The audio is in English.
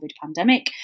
pandemic